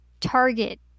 target